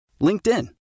LinkedIn